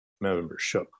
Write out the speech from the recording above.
membership